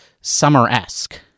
summer-esque